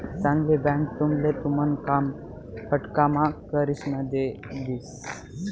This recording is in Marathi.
चांगली बँक तुमले तुमन काम फटकाम्हा करिसन दी देस